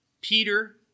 Peter